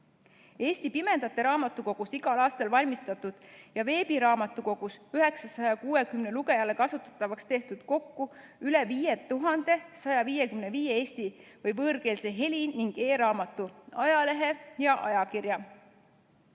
Eesti Pimedate Raamatukogu jaoks on igal aastal valmistatud ja veebiraamatukogus 960 lugejale kasutatavaks tehtud kokku veidi üle 5155 eesti- ja võõrkeelse heli- ning e-raamatu, ajalehe ja ajakirja.